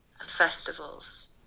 festivals